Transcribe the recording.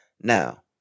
Now